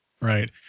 Right